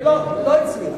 ולא הצליחו.